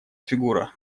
фигура